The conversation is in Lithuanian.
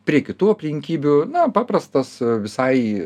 prie kitų aplinkybių na paprastas visai